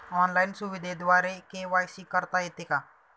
Online सुविधेद्वारे KYC करता येते का?